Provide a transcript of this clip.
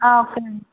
okay ma'am